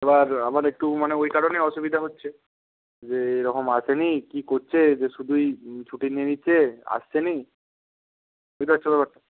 এবার আমার একটু মানে ওই কারণেই অসুবিধা হচ্ছে যে এরকম আসেনি কী করছে যে শুধুই ছুটি নিয়ে নিচ্ছে আসছে না বুঝতে পারছ ব্যাপারটা